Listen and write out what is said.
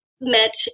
met